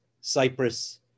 Cyprus